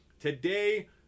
Today